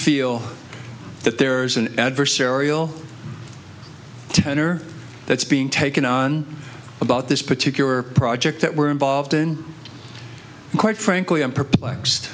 feel that there's an adversarial tenor that's being taken on about this particular project that we're involved in quite frankly i'm perplexed